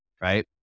right